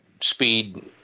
speed